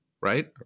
right